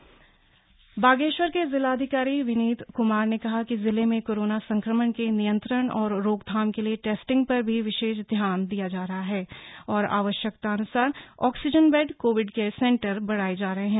बागेश्वर बागेश्वर के जिलाधिकारी विनीत कुमार ने कहा है कि जिले में कोरोना संक्रमण के नियंत्रण और रोकथाम के लिए टेस्टिंग पर भी विशेष ध्यान दिया जा रहा हैं और आवश्यकतानुसार oxygen bed covid care centre बढ़ाये जा रहे हैं